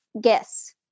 Guess